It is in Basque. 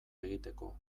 egiteko